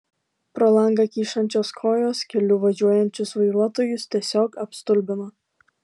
pro langą kyšančios kojos keliu važiuojančius vairuotojus tiesiog apstulbino